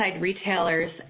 retailers